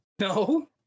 no